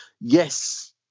yes